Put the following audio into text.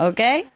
Okay